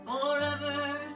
forever